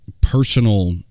personal